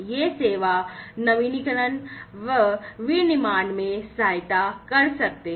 ये सेवा नवीनीकरण वे विनिर्माण में सहायता कर सकते हैं